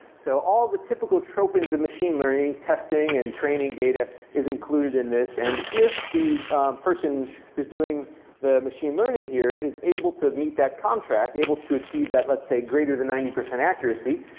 so all the typical tropings of machine learning, testing and training data is included in this. and if the person who's doing the machine learning here is able to meet that contract, able to achieve that, let's say greater than ninety percent accuracy,